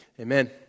Amen